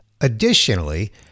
Additionally